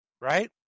right